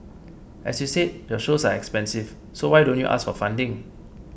as you said your shows are expensive so why don't you ask for funding